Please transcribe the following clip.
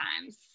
times